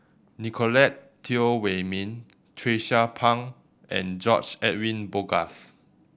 Nicolette Teo Wei Min Tracie Pang and George Edwin Bogaars